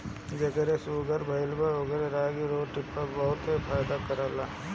जेके शुगर भईल बा ओकरा के रागी कअ रोटी बहुते फायदा करेला